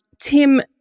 Tim